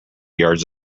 yards